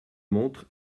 montre